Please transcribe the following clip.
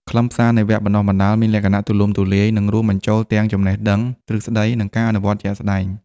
ខ្លឹមសារនៃវគ្គបណ្តុះបណ្តាលមានលក្ខណៈទូលំទូលាយនិងរួមបញ្ចូលទាំងចំណេះដឹងទ្រឹស្តីនិងការអនុវត្តជាក់ស្តែង។